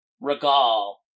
Regal